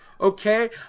okay